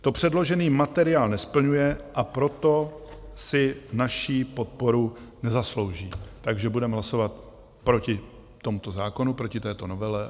To předložený materiál nesplňuje, a proto si naši podporu nezaslouží, takže budeme hlasovat proti tomuto zákonu, proti této novele.